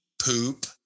poop